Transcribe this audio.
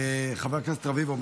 חבר הכנסת רביבו,